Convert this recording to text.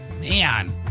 man